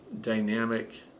dynamic